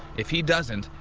if he doesn't,